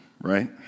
right